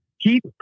Keep